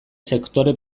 sektore